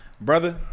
brother